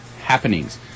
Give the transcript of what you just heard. happenings